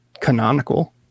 canonical